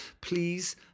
please